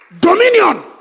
Dominion